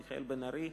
מיכאל בן-ארי,